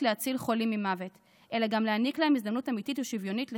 להציל חולים ממוות אלא היא גם להעניק להם הזדמנות אמיתית ושוויונית לחיים,